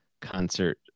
concert